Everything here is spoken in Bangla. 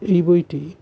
এই বইটি